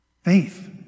faith